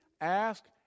ask